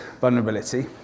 vulnerability